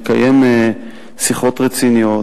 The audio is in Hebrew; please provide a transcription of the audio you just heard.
נקיים שיחות רציניות.